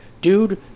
dude